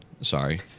Sorry